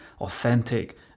authentic